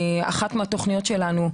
אז אחת מהתוכניות שלנו,